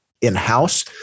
in-house